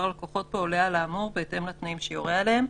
הלקוחות בו עולה על האמור בהתאם לתנאים שיורה עליהם,